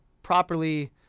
properly